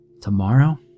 Tomorrow